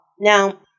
Now